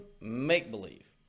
make-believe